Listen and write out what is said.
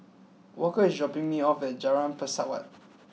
Walker is dropping me off at Jalan Pesawat